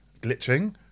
glitching